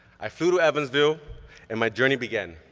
i flew to evansville and my journey began.